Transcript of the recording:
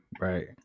Right